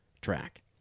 track